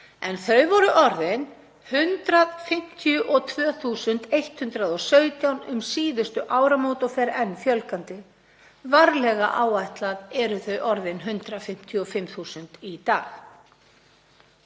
en þau voru orðin 152.117 um síðustu áramót og fer enn fjölgandi. Varlega áætlað eru þau orðin 155.000 í dag.